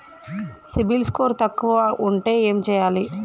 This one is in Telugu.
సిబిల్ స్కోరు తక్కువ ఉంటే ఏం చేయాలి?